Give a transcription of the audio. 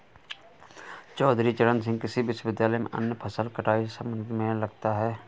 चौधरी चरण सिंह कृषि विश्वविद्यालय में अन्य फसल कटाई से संबंधित मेला लगता है